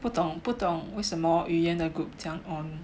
不懂不懂为什么 Yu Yuen 的 group 这样 on